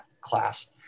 class